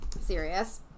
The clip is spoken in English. serious